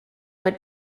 would